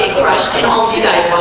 crushed all of you guys